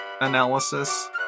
analysis